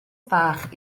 fach